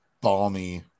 balmy